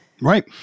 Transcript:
Right